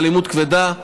ואלימות כבדה,